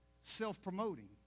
Self-promoting